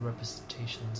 representations